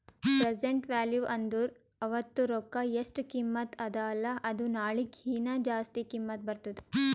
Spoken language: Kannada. ಪ್ರೆಸೆಂಟ್ ವ್ಯಾಲೂ ಅಂದುರ್ ಇವತ್ತ ರೊಕ್ಕಾ ಎಸ್ಟ್ ಕಿಮತ್ತ ಅದ ಅಲ್ಲಾ ಅದು ನಾಳಿಗ ಹೀನಾ ಜಾಸ್ತಿ ಕಿಮ್ಮತ್ ಬರ್ತುದ್